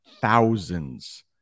thousands